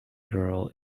girl